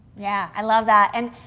yeah, i love that. and,